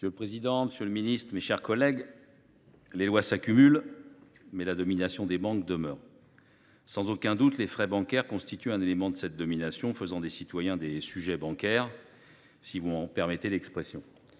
Monsieur le président, monsieur le ministre, mes chers collègues, les lois s’accumulent, mais la domination des banques demeure. Sans aucun doute, les frais bancaires constituent un élément de cette domination, faisant des citoyens des « sujets bancaires », si vous me permettez cette expression.